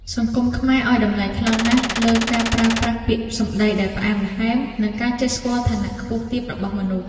សង្គមខ្មែរឱ្យតម្លៃខ្លាំងណាស់លើការប្រើប្រាស់ពាក្យសម្តីដែលផ្អែមល្ហែម និងការចេះស្គាល់ឋានៈខ្ពស់ទាបរបស់មនុស្ស។